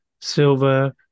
silver